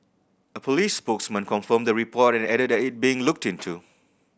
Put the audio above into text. a police spokesman confirmed the report and added that it being looked into